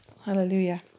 Hallelujah